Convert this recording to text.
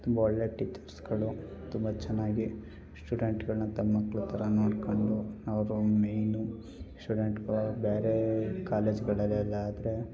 ತುಂಬ ಒಳ್ಳೆಯ ಟೀಚರ್ಸ್ಗಳು ತುಂಬ ಚೆನ್ನಾಗಿ ಸ್ಟೂಡೆಂಟ್ಗಳನ್ನ ತಮ್ಮ ಮಕ್ಳು ಥರ ನೋಡ್ಕೊಂಡು ಅವರು ಮೇಯ್ನು ಸ್ಟೂಡೆಂಟ್ಗಳು ಬೇರೆ ಕಾಲೇಜ್ಗಳಲ್ಲಿ ಅಲ್ಲಾದ್ರೆ